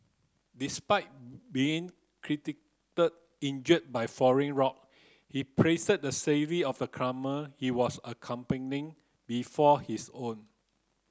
despite being injured by falling rock he placed the of the climber he was accompanying before his own